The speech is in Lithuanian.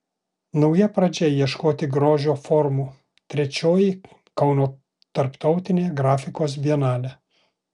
nauja pradžia ieškoti grožio formų trečioji kauno tarptautinė grafikos bienalė